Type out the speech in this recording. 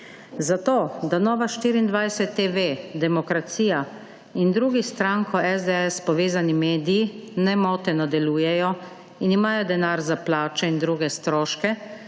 Zato da Nova24TV, Demokracija in drugi s stranko SDS povezani mediji nemoteno delujejo in imajo denar za plače in druge stroške